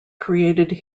created